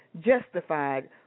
justified